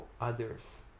others